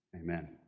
Amen